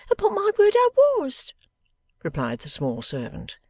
upon my word i was replied the small servant.